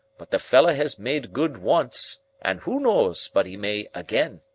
but the fellow has made good once, and who knows but he may again!